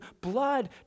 blood